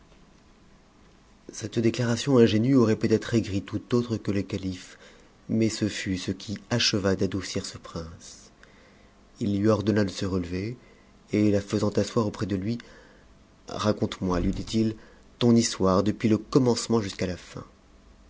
cette déclaration ingénue aurait peut-être aigri tout autre que le calife mais ce fut ce qui acheva d'adoucir ce prince h lui ordonna de se relever et la faisant asseoir auprès de lui raconte-moi lui dit-il ton histoire depuis le commencement jusqu'à la fin